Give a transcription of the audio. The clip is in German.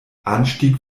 anstieg